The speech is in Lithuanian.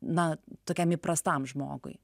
na tokiam įprastam žmogui